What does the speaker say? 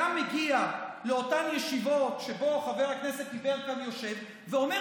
היה מגיע לאותן ישיבות שבהן חבר הכנסת יברקן יושב ואומר